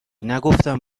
نگفتم